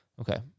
Okay